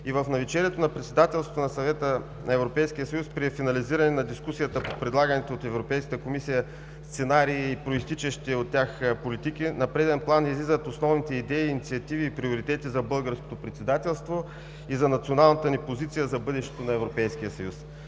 И в навечерието на председателството на Съвета на Европейския съюз при финализиране на дискусията по предлаганите от Европейската комисия сценарии и произтичащи от тях политики, на преден план излизат основните идеи, инициативи и приоритети за българското председателство и за националната ни позиция за бъдещето на